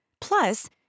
Plus